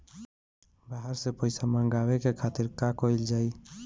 बाहर से पइसा मंगावे के खातिर का कइल जाइ?